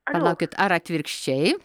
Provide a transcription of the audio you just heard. palaukit ar atvirkščiai